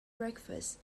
breakfast